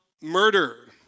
murder